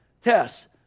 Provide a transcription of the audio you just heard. tests